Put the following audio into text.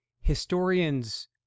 historians